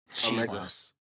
Jesus